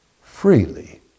freely